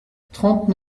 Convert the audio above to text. trente